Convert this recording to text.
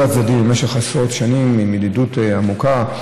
הצדדים במשך עשרות שנים של ידידות עמוקה.